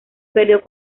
perdió